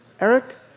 Eric